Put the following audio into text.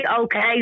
okay